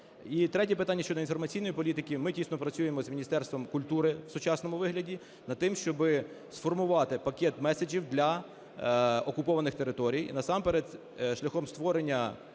І третє питання: щодо інформаційної політики. Ми тісно працюємо з Міністерством культури в сучасному вигляді над тим, щоб сформувати пакет меседжів для окупованих територій, насамперед шляхом створення